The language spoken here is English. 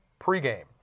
pregame